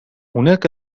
هناك